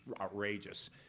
outrageous